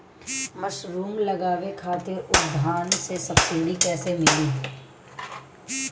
Mushroom लगावे खातिर उद्यान विभाग से सब्सिडी कैसे मिली?